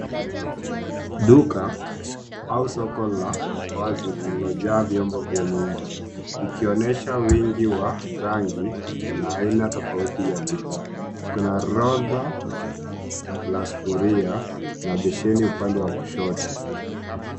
Duka au soko la wazi lililojaa vyombo vya nyumba, likionyesha wingi wa rangi na aina tofauti ya bidhaa. Kuna orodha la sufuria na na besheni upande wa kushoto.